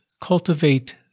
cultivate